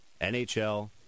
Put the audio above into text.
NHL